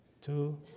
two